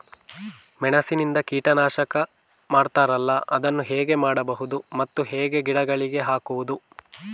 ಮೆಣಸಿನಿಂದ ಕೀಟನಾಶಕ ಮಾಡ್ತಾರಲ್ಲ, ಅದನ್ನು ಹೇಗೆ ಮಾಡಬಹುದು ಮತ್ತೆ ಹೇಗೆ ಗಿಡಗಳಿಗೆ ಹಾಕುವುದು?